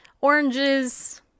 oranges